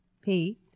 Pete